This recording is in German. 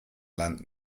land